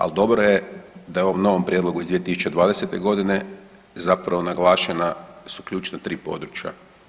Ali dobro je da je u ovom novom prijedlogu iz 2020. godine zapravo naglašena su ključna 3 područja.